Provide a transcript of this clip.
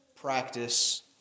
practice